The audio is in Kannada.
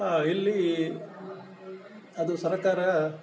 ಇಲ್ಲಿ ಅದು ಸರ್ಕಾರ